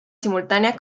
simultánea